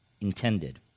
intended